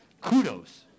kudos